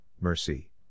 Mercy